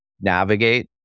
navigate